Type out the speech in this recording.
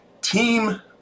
team